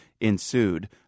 ensued